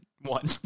one